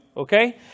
Okay